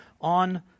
on